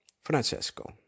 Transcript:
Francesco